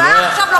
ועכשיו לא פיקחו.